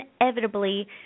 inevitably